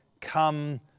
come